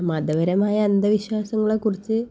മതപരമായ അന്ധവിശ്വാസങ്ങളെ കുറിച്ച്